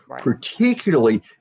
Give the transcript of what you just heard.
particularly